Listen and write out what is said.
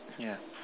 yeah